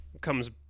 comes